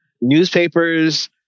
Newspapers